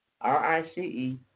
R-I-C-E